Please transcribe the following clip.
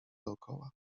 dokoła